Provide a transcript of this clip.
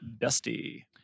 Dusty